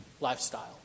lifestyle